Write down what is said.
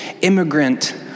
immigrant